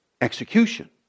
execution